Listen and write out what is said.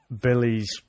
billy's